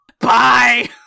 Bye